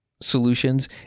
solutions